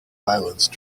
violence